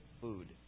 food